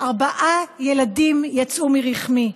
ארבעה ילדים יצאו מרחמי,